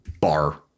bar